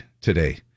today